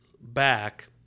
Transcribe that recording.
back